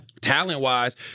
talent-wise